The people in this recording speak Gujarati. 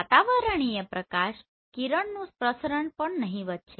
વાતાવરણીય પ્રકાશ કિરણોનું પ્રસરણ પણ નહીવત છે